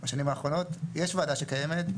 בשנים האחרונות יש ועדה שקיימת,